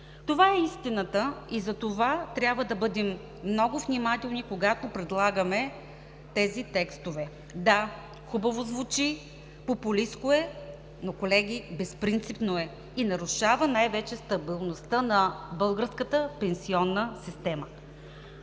Това е истината и затова трябва да бъдем много внимателни, когато предлагаме тези текстове. Да, хубаво звучи, популистко е, но, колеги, безпринципно е и нарушава най-вече стабилността на българската пенсионна система.